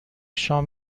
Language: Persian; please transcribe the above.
شام